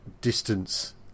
Distance